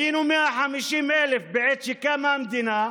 היינו 150,000 בעת שקמה המדינה,